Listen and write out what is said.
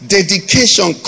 Dedication